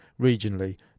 regionally